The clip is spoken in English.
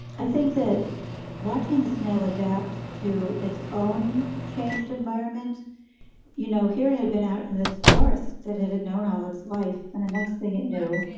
i think that watching the snail adapt to its own changed environment you know, here it had been out in this forest that it had known all its life, and the next thing it knew,